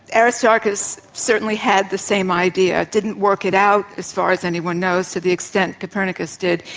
aristarchus certainly had the same idea, didn't work it out, as far as anyone knows, to the extent copernicus did.